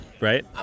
right